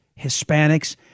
Hispanics